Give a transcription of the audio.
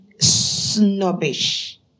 snobbish